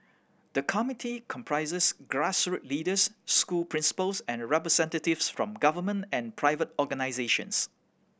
the committee comprises grassroots leaders school principals and representatives from government and private organisations